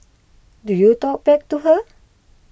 do you talk back to her